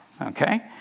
Okay